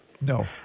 No